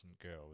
girl